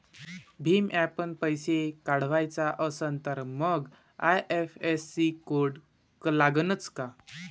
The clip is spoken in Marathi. भीम ॲपनं पैसे पाठवायचा असन तर मंग आय.एफ.एस.सी कोड लागनच काय?